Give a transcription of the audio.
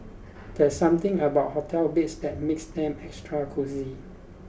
there's something about hotel beds that makes them extra cosy